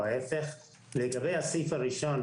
לגבי הסעיף הראשון,